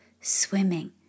swimming